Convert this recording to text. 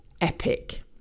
epic